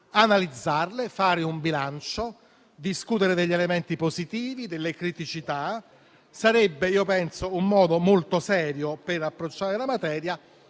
analizzarle e fare un bilancio; discutere degli elementi positivi e delle criticità. Ritengo che questo sarebbe un modo molto serio per approcciare la materia.